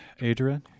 Adrian